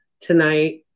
tonight